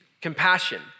compassion